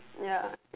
ya